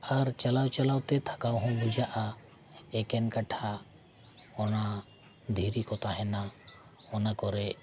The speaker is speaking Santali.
ᱟᱨ ᱪᱟᱞᱟᱣ ᱪᱟᱞᱟᱣ ᱛᱮ ᱛᱷᱟᱠᱟᱣ ᱦᱚᱸ ᱵᱩᱡᱷᱟᱹᱜᱼᱟ ᱮᱠᱮᱱ ᱠᱟᱴᱟ ᱚᱱᱟ ᱫᱷᱤᱨᱤ ᱠᱚ ᱛᱟᱦᱮᱱᱟ ᱚᱱᱟ ᱠᱚᱨᱮᱫ